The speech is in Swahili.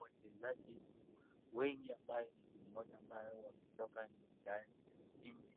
Wachezaji wengi ambaye mtu mmoja ambaye ametoka